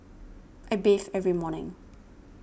I bathe every morning